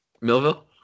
Millville